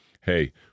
Hey